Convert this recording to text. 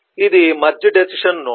ఇది merge decision node